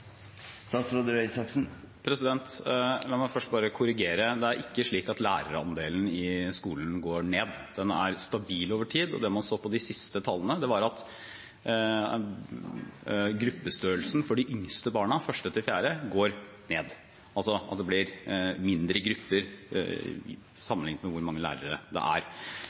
La meg først korrigere: Lærerandelen i skolen går ikke ned. Den er stabil over tid, og det man så på de siste tallene, var at gruppestørrelsen for de yngste barna, 1.–4. trinn, går ned, altså at det blir mindre grupper sammenliknet med hvor mange lærere det er.